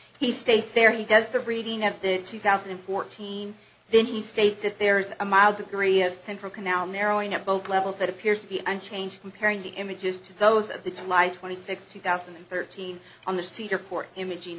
he states there he does the reading of the two thousand and fourteen then he states that there is a mild degree of central canal narrowing at both levels that appears to be unchanged comparing the images to those at the july twenty sixth two thousand and thirteen on the seat or port imaging